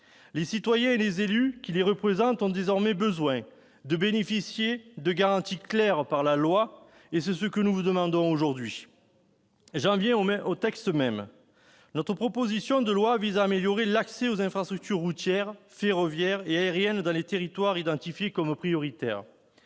Les citoyens et les élus qui les représentent ont désormais besoin de garanties claires inscrites dans la loi. C'est ce que nous demandons aujourd'hui. J'en viens au texte même. Notre proposition de loi vise à améliorer l'accès aux infrastructures routières, ferroviaires et aériennes dans les territoires identifiés comme prioritaires.